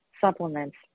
supplements